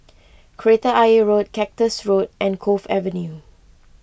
Kreta Ayer Road Cactus Road and Cove Avenue